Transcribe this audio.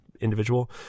individual